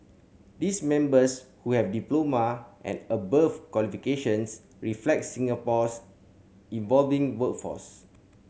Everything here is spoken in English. these members who have diploma and above qualifications reflect Singapore's evolving workforce